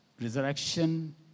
resurrection